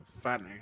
funny